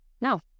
no